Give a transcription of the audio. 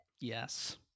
Yes